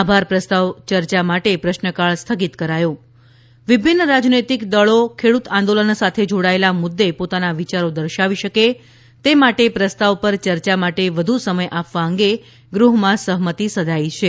આભાર પ્રસ્તાવ ચર્ચા માટે પ્રશ્નકાળ સ્થગિત કરાયો છ વિભિન્ન રાજનિતક દળે ખેડૂત આંદોલન સાથે જોડાયેલા મુદ્દે પોતાના વિયારો દર્શાવી શકે તે માટે પ્રસ્તાવ પર ચર્ચા માટે વધુ સમય આપવા અંગે ગૃહ્માં સહમતી સધાઈ છે